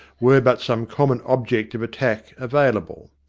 were but some common object of attack available.